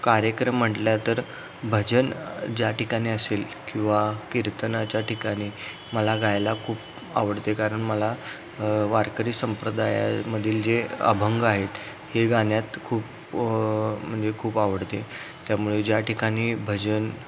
कार्यक्रम म्हटलं तर भजन ज्या ठिकाणी असेल किंवा कीर्तनाच्या ठिकाणी मला गायला खूप आवडते कारण मला वारकरी संप्रदायामधील जे अभंग आहेत हे गाण्यात खूप म्हणजे खूप आवडते त्यामुळे ज्या ठिकाणी भजन